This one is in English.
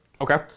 Okay